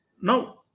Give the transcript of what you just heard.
Now